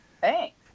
Thanks